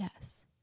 Yes